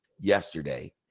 yesterday